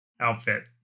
outfit